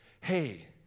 hey